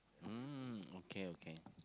mm okay okay